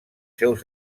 seus